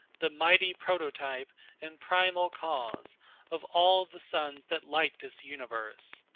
the mighty prototype and primal cause of all the suns that light this universe,